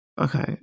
Okay